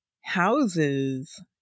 houses